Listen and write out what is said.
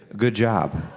good job.